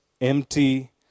empty